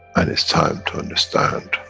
and it's time to understand,